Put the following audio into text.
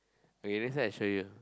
okay let's say I show you